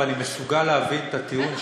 ואני מסוגל להבין את הטיעון שאמרת,